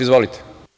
Izvolite.